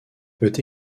peut